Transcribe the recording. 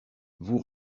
vous